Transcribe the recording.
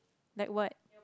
like what